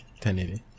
1080